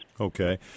Okay